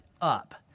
up